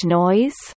noise